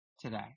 today